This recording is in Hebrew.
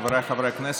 חבריי חברי הכנסת,